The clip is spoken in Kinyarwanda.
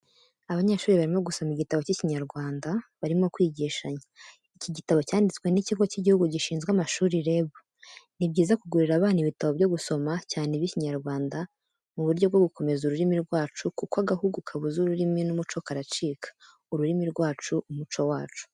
Abanyeshuri barimo gusoma igitabo cy'Ikinyarwanda barimo kwigishanya iki gitabo cyanditswe n'ikigo cy'igihugu gishizwe amashuri REB, ni byiza kugurira abana ibitabo byo gusoma, cyane iby'Ikinyarwanda mu buryo bwo gukomeza uririmi rwacu kuko agahugu kabuze ururimi n'umuco karacika. Ururimi rwacu umuco wacu.